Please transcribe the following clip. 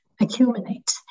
Accumulate